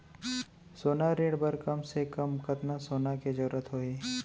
सोना ऋण बर कम से कम कतना सोना के जरूरत होही??